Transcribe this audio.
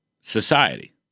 society